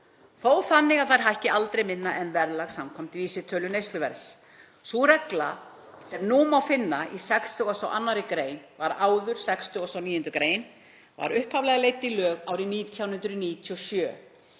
þó þannig að þær hækki aldrei minna en verðlag samkvæmt vísitölu neysluverðs. Sú regla sem nú má finna í 62. gr., áður 69. gr., var upphaflega leidd í lög árið 1997